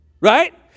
right